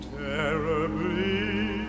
terribly